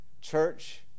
Church